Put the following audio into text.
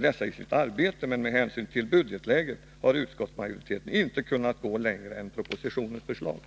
dessa i arbetet, men med hänsyn till budgetläget har utskottsmajoriteten inte kunnat gå längre än propositionens förslag.